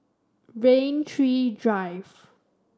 Rain Tree Drive